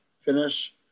finish